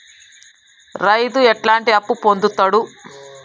రైతు ఎట్లాంటి అప్పు పొందుతడు?